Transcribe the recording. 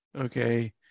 okay